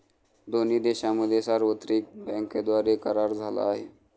दोन्ही देशांमध्ये सार्वत्रिक बँकांद्वारे करार झाला आहे